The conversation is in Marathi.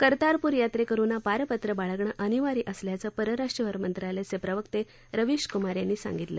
कर्तारपूर यात्रेकरुनां पारपत्र बाळगणं अनिवार्य असल्याचं परराष्ट्र व्यवहार मंत्रालयाचे प्रवक्ते रविश कुमार यांनी सांगितलं